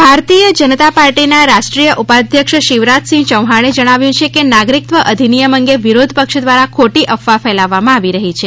શિવરાજ ચૌહાણ ભારતીય જાણતા પાર્ટીના રાષ્ટ્રીય ઉપાધ્યક્ષ શિવરાજસિંહ ચૌહાણે જણાવ્યુ છે કે નાગરિકત્વ અધિનિયમ અંગે વિરોધ પક્ષ દ્વારા ખોટી અફવા ફેલાવવામાં આવી રહી છે